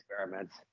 experiments